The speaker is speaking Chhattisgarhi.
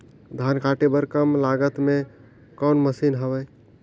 धान काटे बर कम लागत मे कौन मशीन हवय?